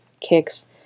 kicks